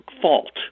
fault